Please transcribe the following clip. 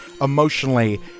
emotionally